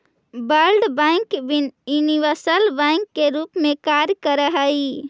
world bank universal bank के रूप में कार्य करऽ हइ